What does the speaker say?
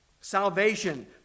Salvation